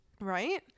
right